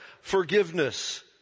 forgiveness